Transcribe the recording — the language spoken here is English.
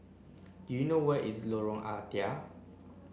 do you know where is Lorong Ah Thia